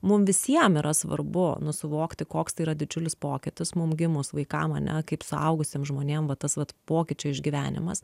mum visiem yra svarbu nu suvokti koks tai yra didžiulis pokytis mum gimus vaikam ane kaip suaugusiem žmonėm va tas vat pokyčio išgyvenimas